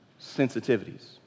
sensitivities